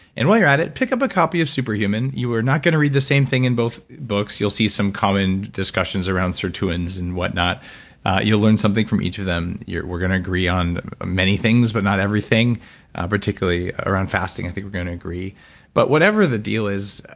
and while you're at it, pick up a copy of superhuman. you are not going to read the same thing in both books. you'll see some common discussions around sirtuins and whatnot you'll learn something from each of them. we're going to agree on many things but not everything particularly around fasting. i think we're going to agree but whatever the deal is,